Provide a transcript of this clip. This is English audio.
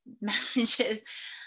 messages